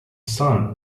sun